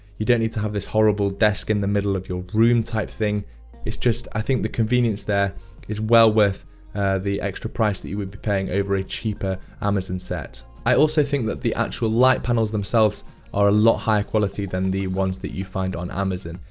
you don't need to have this horrible desk in the middle of your room type thing. it's just, i think, the convenience there is well worth the extra price that you would be paying over a cheaper amazon set. i also think that the actual light panels themselves are a lot higher quality than the ones that you find on amazon.